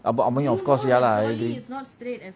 ah but I mean of course lah